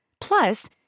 Plus